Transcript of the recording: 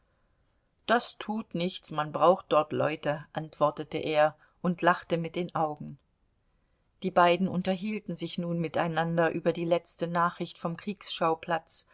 das tut nichts man braucht dort leute antwortete er und lachte mit den augen die beiden unterhielten sich nun miteinander über die letzte nachricht vom kriegsschauplatz